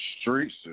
streets